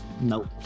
Nope